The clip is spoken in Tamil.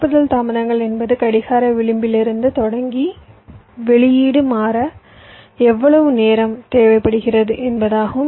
பரப்புதல் தாமதங்கள் என்பது கடிகார விளிம்பிலிருந்து தொடங்கி வெளியீடு மாற எவ்வளவு நேரம் தேவைப்படுகிறது என்பதாகும்